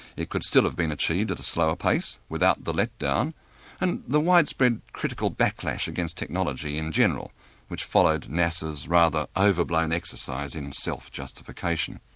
it could still have been achieved at a slower pace without the letdown and the widespread critical backlash against technology in general which followed nasa's rather overblown exercise in self-justification.